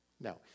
no